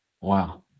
Wow